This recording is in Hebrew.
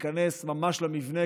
להיכנס ממש למבנה,